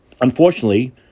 unfortunately